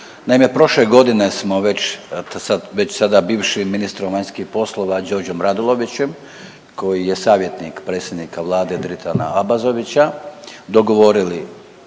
Naime, prošle godine smo već sada bivšim ministrom vanjskih poslova Đorđom Radulovićem koji je savjetnik predsjednika Vlade Dritona Abazovića dogovorili